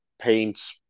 paints